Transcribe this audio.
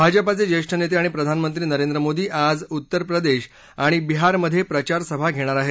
भाजपाचे ज्येष्ठ नेते आणि प्रधानमंत्री नरेंद्र मोदी आज उत्तर प्रदेश आणि बिहारमध्ये प्रचारसभा घेणार आहेत